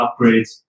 upgrades